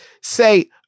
say